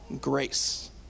grace